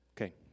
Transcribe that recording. Okay